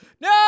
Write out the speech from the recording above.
No